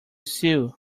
sew